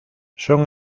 son